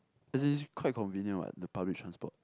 as in is quite convenient what the public transport